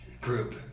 group